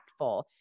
impactful